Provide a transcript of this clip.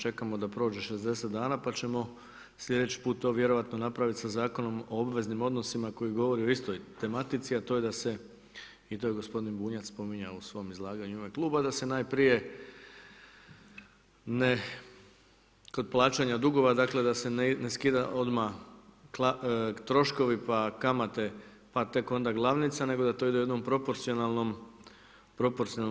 Čekamo da prođe 60 dana pa ćemo slijedeći put to vjerojatno napraviti sa Zakonom o obveznim odnosima koji govori o istoj tematici, a to je da se, i to je gospodin Bunjac spominjao u svom izlaganju u ime kluba, da se najprije ne kod plaćanja dugova dakle, da se ne skida odmah troškovi pa kamate, pa tek onda glavnica, nego da to ide u jednom proporcionalnom redu.